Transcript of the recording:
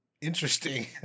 Interesting